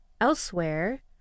Elsewhere